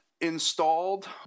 installed